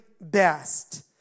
best